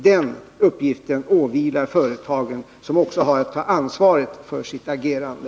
Den uppgiften åvilar företagen, som också har att ta ansvaret för sitt agerande.